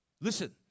Listen